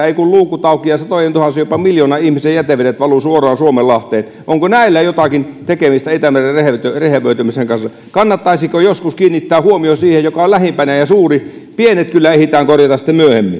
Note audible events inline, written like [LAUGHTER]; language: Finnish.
[UNINTELLIGIBLE] ei kun luukut auki ja valtavat määrät jätevettä satojentuhansien jopa miljoonan ihmisen jätevedet valuvat suoraan suomenlahteen onko näillä jotakin tekemistä itämeren rehevöitymisen rehevöitymisen kanssa kannattaisiko joskus kiinnittää huomio siihen mikä on lähimpänä ja suuri pienet kyllä ehditään korjata sitten myöhemmin [UNINTELLIGIBLE]